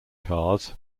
cars